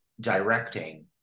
directing